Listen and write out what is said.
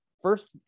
first